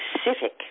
specific